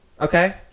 okay